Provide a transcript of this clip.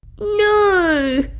no,